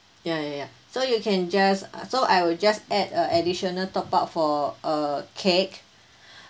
ya ya ya ya so you can just uh so I'll just add a additional top up for a cake